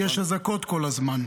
כי יש אזעקות כל הזמן,